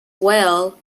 well